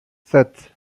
sept